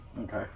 Okay